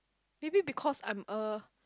maybe because I'm a